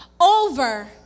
over